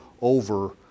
over